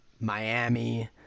Miami